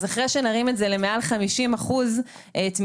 אז אחרי שנרים את זה למעל 50% תמיכה,